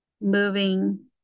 moving